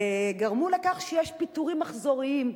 גרמו לפיטורים מחזוריים,